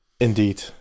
Indeed